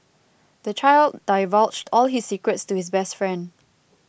the child divulged all his secrets to his best friend